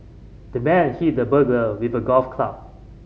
the man hit the burglar with a golf club